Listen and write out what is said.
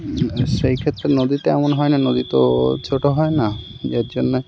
সেই ক্ষেত্রে নদীতে এমন হয় না নদী তো ছোট হয় না যার জন্যে